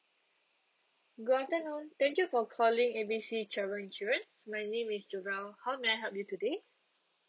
good afternoon thank you for calling A B C travel insurance my name is jovelle how may I help you today